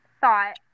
Thought